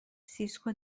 سیسکو